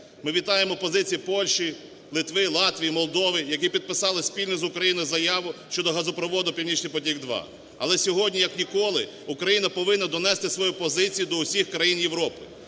Ми вітаємо позиції Польщі, Литви, Латвії, Молдови, які підписали спільно з Україною заяву щодо газопроводу "Північний потік-2". Але сьогодні як ніколи Україна повинна донести свою позицію до всіх країн Європи.